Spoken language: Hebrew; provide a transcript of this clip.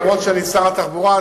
אף-על-פי שאני שר התחבורה,